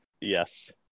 yes